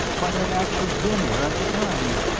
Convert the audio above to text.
but had actually been there at the time!